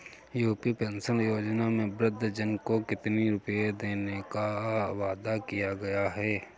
UP pension योजना में वृद्धजन को कितनी रूपये देने का वादा किया गया है?